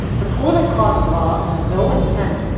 the toilet clogging law is a no intent,